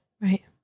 Right